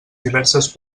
diverses